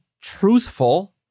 truthful